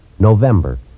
November